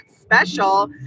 special